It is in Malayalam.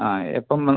ആ എപ്പം